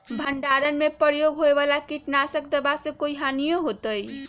भंडारण में प्रयोग होए वाला किट नाशक दवा से कोई हानियों होतै?